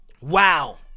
Wow